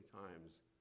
times